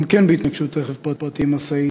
גם כן בהתנגשות רכב פרטי במשאית,